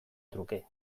truke